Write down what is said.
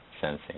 sensing